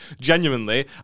genuinely